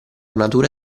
natura